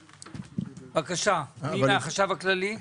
בבקשה מי מהחשב הכללי?